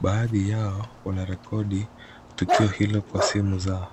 Baadhi yao wanarekodi tukio hilo kwa simu zao.